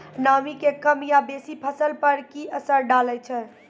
नामी के कम या बेसी फसल पर की असर डाले छै?